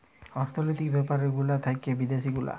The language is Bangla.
অর্থলৈতিক ব্যাপার গুলা থাক্যে বিদ্যাসি গুলা